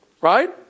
Right